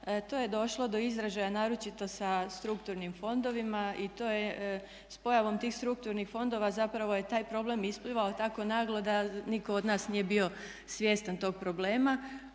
To je došlo do izražaja naročito sa strukturnim fondovima i to je s pojavom tih strukturnih fondova zapravo je taj problem isplivao tako naglo da nitko od nas nije bio svjestan tog problema.